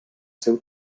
seu